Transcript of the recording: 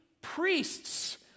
priests